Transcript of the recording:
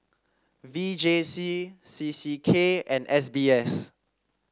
V J C C C K and S B S